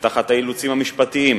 ותחת האילוצים המשפטיים,